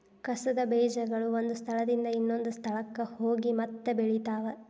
ಕಸದ ಬೇಜಗಳು ಒಂದ ಸ್ಥಳದಿಂದ ಇನ್ನೊಂದ ಸ್ಥಳಕ್ಕ ಹೋಗಿ ಮತ್ತ ಬೆಳಿತಾವ